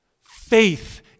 Faith